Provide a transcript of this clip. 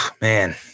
Man